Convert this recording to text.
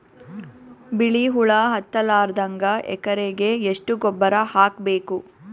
ಬಿಳಿ ಹುಳ ಹತ್ತಲಾರದಂಗ ಎಕರೆಗೆ ಎಷ್ಟು ಗೊಬ್ಬರ ಹಾಕ್ ಬೇಕು?